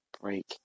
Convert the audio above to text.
break